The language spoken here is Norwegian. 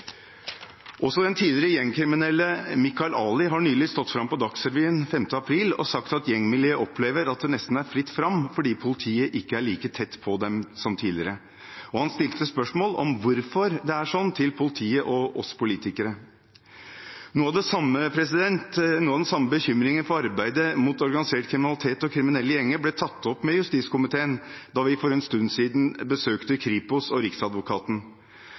Den tidligere gjengkriminelle Mikael Ali sto fram på Dagsrevyen 5. april og sa at gjengmiljøet opplever at det nesten er fritt fram, fordi politiet ikke er like tett på dem som tidligere. Han stilte spørsmål til politiet og oss politikere om hvorfor det er sånn. Noe av den samme bekymringen for arbeidet mot organisert kriminalitet og kriminelle gjenger ble tatt opp med justiskomiteen da vi for en stund siden besøkte Kripos og Riksadvokaten.